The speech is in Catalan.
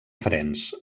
frens